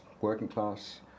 working-class